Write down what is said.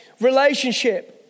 relationship